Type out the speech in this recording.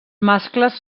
mascles